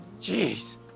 jeez